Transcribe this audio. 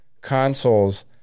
consoles